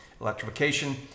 electrification